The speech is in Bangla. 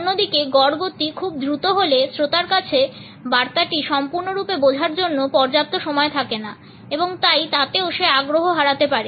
অন্যদিকে গড় গতি খুব দ্রুত হলে শ্রোতার কাছে বার্তাটি সম্পূর্ণরূপে বোঝার জন্য পর্যাপ্ত সময় থাকে না এবং তাই তাতেও সে আগ্রহ হারাতে পারে